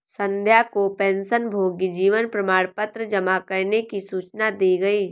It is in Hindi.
संध्या को पेंशनभोगी जीवन प्रमाण पत्र जमा करने की सूचना दी गई